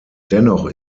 dennoch